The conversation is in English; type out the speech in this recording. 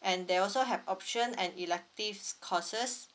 and they also have option and elective courses